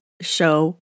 show